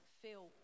feel